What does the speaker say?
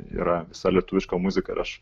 yra visa lietuviška muzika ir aš